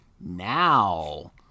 now